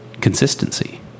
consistency